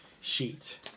sheet